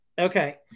Okay